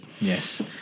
Yes